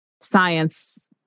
science